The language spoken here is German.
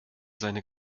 seine